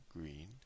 green